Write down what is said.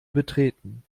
betreten